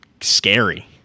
scary